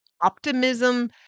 optimism